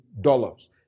dollars